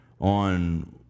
on